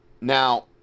now